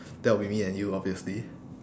that'll be me and you obviously